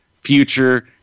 future